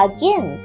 Again